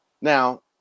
Now